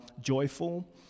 joyful